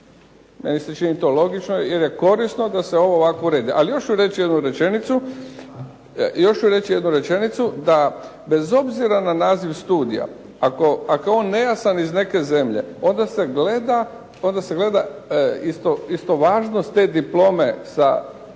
Meni se čini to logično jer je korisno da se ovo ovako uredi. Ali još ću reći jednu rečenicu da bez obzira na naziv studija, ako je on nejasan iz neke zemlje, onda se gleda istovažnost te diplome sa studijom